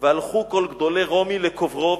והלכו כל גדולי רומי לקוברו,